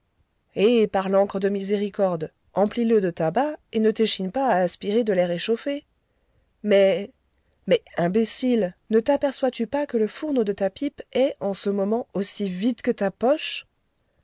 eh par l'ancre de miséricorde emplis le de tabac et ne t'échiné pas à aspirer de l'air échauffé mais mais imbécile ne taperçois tu pas que le fourneau de ta pipe est en ce moment aussi vide que ta poche